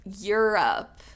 Europe